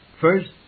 First